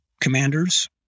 commanders